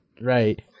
Right